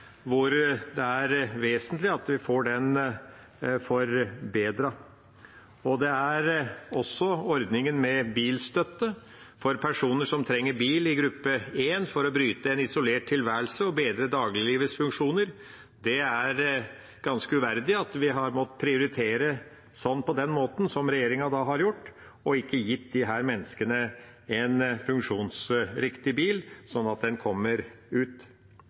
det er vesentlig at vi får forbedret. Det gjelder også ordningen med bilstøtte for personer som trenger bil i gruppe 1 for å bryte en isolert tilværelse og bedre dagliglivets funksjoner. Det er ganske uverdig at vi har måttet prioritere på den måten som regjeringa da har gjort, og ikke gitt disse menneskene en funksjonsriktig bil slik at de kommer seg ut.